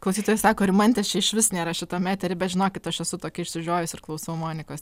klausytojai sako rimantės čia išvis nėra šitam etery bet žinokit aš esu tokia išsižiojus ir klausau monikos